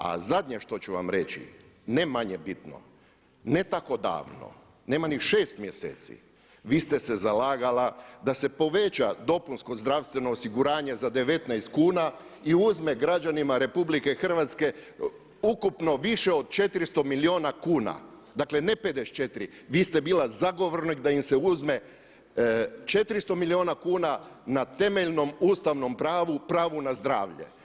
A zadnje što ću vam reći ne manje bitno, ne tako davno, nema ni šest mjeseci vi ste se zalagala da se poveća dopunsko zdravstveno osiguranje za 19 kuna i uzme građanima RH ukupno više od 400 milijuna kuna, dakle ne 54, vi ste bila zagovornik da im se uzme 400 milijuna kuna na temeljnom ustavnom pravu, pravu na zdravlje.